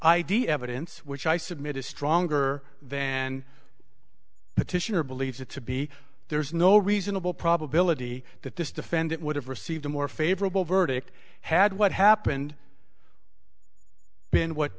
idea evidence which i submit is stronger than petitioner believes it to be there's no reasonable probability that this defendant would have received a more favorable verdict had what happened been what